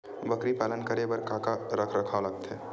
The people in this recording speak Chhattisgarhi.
बकरी पालन करे बर काका रख रखाव लगथे?